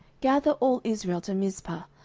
gather all israel to mizpeh,